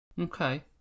Okay